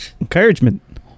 Encouragement